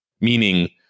meaning